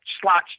slots